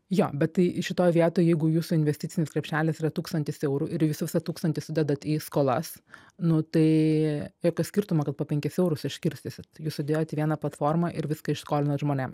jo bet tai šitoj vietoj jeigu jūsų investicinis krepšelis yra tūkstantis eurų ir jūs visą tūkstantį sudedat į skolas nu tai jokio skirtumo kad po penkis eurus išskirstysit jūs sudėjot į vieną platformą ir viską išskolinot žmonėm